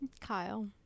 Kyle